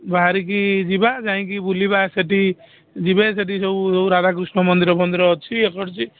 ବାହରିକି ଯିବା ଯାଇଁକି ବୁଲିବା ସେଟି ଯିବେ ସେଟି ସବୁ ସବୁ ରାଧା କୃଷ୍ଣ ମନ୍ଦିର ଫନ୍ଦିର ଅଛି ଇଏ କରଚି